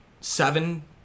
seven